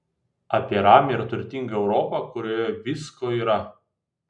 apie ramią ir turtingą europą kurioje visko yra